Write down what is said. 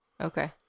Okay